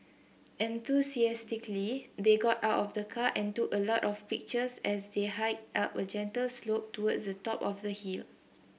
enthusiastically they got out of the car and took a lot of pictures as they hiked up a gentle slope towards the top of the hill